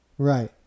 Right